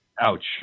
Ouch